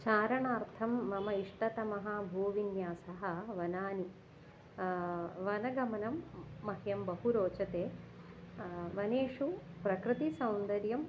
चारणार्थं मम इष्टतमः भूविन्यासः वनानि वनगमनं मह्यं बहु रोचते वनेषु प्रकृतिसौन्दर्यम्